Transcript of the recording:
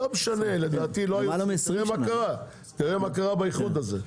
תראה מה קרה באיחוד הזה.